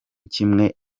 kimwe